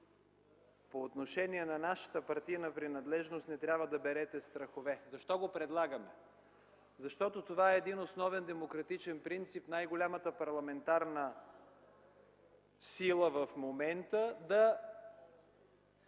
по отношение на нашата партийна принадлежност не трябва да берете страхове. Защо го предлагаме? Защото това е един основен демократичен принцип – най-голямата парламентарна сила в момента да